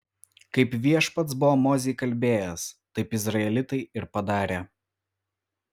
kaip viešpats buvo mozei kalbėjęs taip izraelitai ir padarė